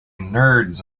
nerds